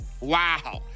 Wow